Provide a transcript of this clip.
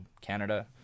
Canada